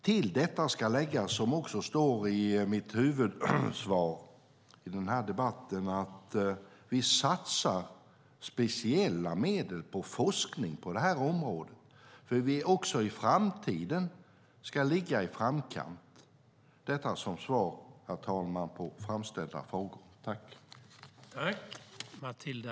Till detta ska också läggas, vilket även står i mitt svar på interpellationen, att vi satsar speciella medel på forskning på området för att vi ska ligga i framkant också i framtiden. Detta är mitt svar på framställda frågor, herr talman.